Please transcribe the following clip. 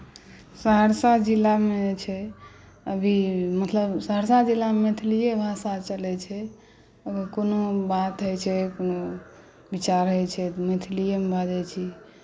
सहरसा जिलामे जे छै अभी मतलब सहरसा जिलामे मैथिलीए भाषा चलैत छै ओहिमे कोनो बात होइत छै कोनो विचार होइत छै तऽ मैथिलीएमे बाजैत छी